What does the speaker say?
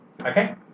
Okay